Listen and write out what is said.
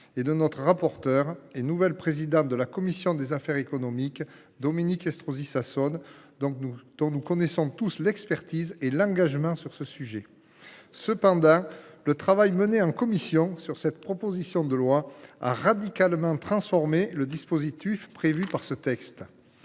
et de notre rapporteure et nouvelle présidente de la commission des affaires économiques, Dominique Estrosi Sassone, dont nous connaissons tous l’expertise et l’engagement sur ce sujet. Cependant, le travail effectué en commission sur cette proposition de loi a radicalement transformé le dispositif initialement